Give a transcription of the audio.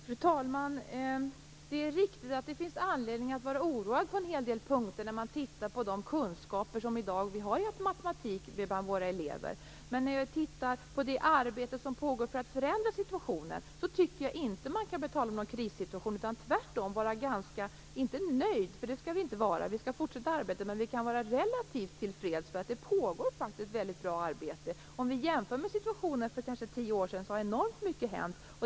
Herr talman! Det är riktigt att det finns anledning att vara oroad på en hel del punkter när man tittar på de kunskaper som eleverna i dag har i matematik. Men när jag tittar på det arbete som pågår för att förändra situationen tycker jag inte att man kan tala om någon krissituation utan tvärtom vara ganska - inte nöjd, det skall vi inte vara utan vi skall fortsätta med detta arbete - till freds, eftersom det pågår ett mycket bra arbete. Om vi jämför med situationen för kanske tio år sedan har enormt mycket hänt.